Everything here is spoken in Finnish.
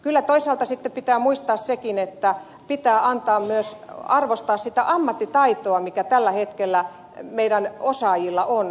kyllä toisaalta pitää muistaa sekin että pitää arvostaa myös sitä ammattitaitoa mikä tällä hetkellä meidän osaajillamme on